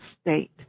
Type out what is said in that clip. state